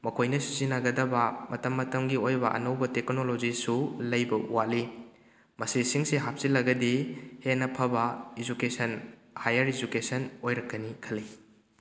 ꯃꯈꯣꯏꯅ ꯁꯤꯖꯤꯟꯅꯒꯗꯕ ꯃꯇꯝ ꯃꯇꯝꯒꯤ ꯑꯣꯏꯕ ꯑꯅꯧꯕ ꯇꯦꯛꯅꯣꯂꯣꯖꯤꯁꯨ ꯂꯩꯕ ꯋꯥꯠꯂꯤ ꯃꯁꯤꯁꯤꯡꯁꯤ ꯍꯥꯞꯆꯤꯜꯂꯒꯗꯤ ꯍꯦꯟꯅ ꯐꯕ ꯏꯖꯨꯀꯦꯁꯟ ꯍꯥꯌꯔ ꯏꯖꯨꯀꯦꯁꯟ ꯑꯣꯏꯔꯛꯀꯅꯤ ꯈꯜꯂꯤ